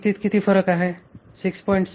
किंमतीत किती फरक आहे 6